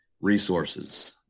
resources